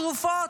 תרופות.